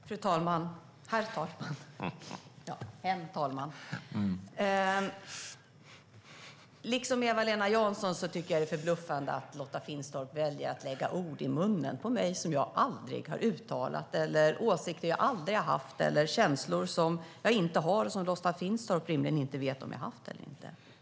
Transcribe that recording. Herr talman! Liksom Eva-Lena Jansson tycker jag att det är förbluffande att Lotta Finstorp väljer att lägga ord i munnen på mig som jag aldrig har uttalat. Det är åsikter och känslor som jag aldrig har haft och som Lotta Finstorp rimligen inte vet om jag har haft eller inte.